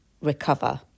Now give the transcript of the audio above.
recover